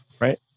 right